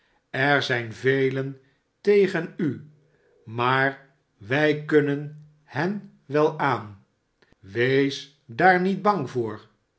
er zijn velen tegen u maar wij kunnen hen wel aan wees daar niet bang voor